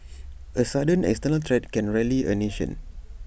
A sudden external threat can rally A nation